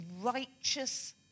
righteous